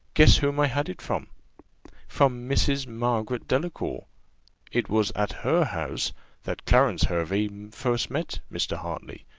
guess whom i had it from from mrs. margaret delacour it was at her house that clarence hervey first met mr. hartley,